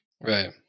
Right